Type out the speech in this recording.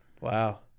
Wow